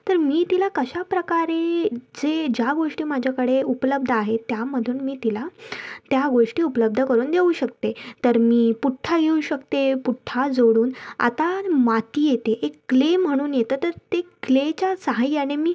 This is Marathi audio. तर मी तिला कशा प्रकारे जे ज्या गोष्टी माझ्याकडे उपलब्ध आहेत त्यामधून मी तिला त्या गोष्टी उपलब्ध करून देऊ शकते तर मी पुठ्ठा घेऊ शकते पुठ्ठा जोडून आता माती येते एक क्ले म्हणून येतं तर ते क्लेच्या साहाय्याने मी